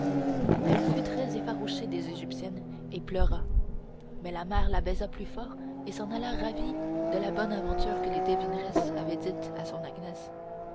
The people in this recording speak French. elle fut très effarouchée des égyptiennes et pleura mais la mère la baisa plus fort et s'en alla ravie de la bonne aventure que les devineresses avaient dite à son